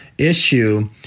issue